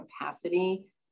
capacity